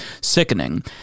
sickening